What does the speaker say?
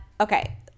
Okay